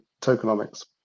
tokenomics